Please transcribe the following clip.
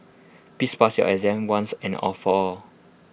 please pass your exam once and all for all